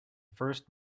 first